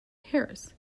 harris